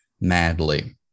madly